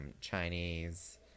Chinese